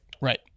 Right